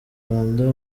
rwanda